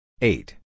Eight